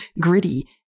gritty